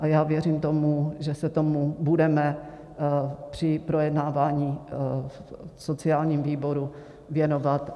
A já věřím tomu, že se tomu budeme při projednávání v sociálním výboru věnovat.